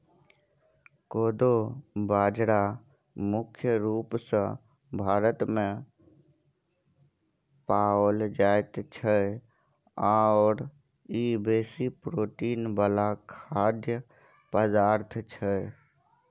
कोदो बाजरा मुख्य रूप सँ भारतमे पाओल जाइत छै आओर ई बेसी प्रोटीन वला खाद्य पदार्थ छै